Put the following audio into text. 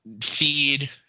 feed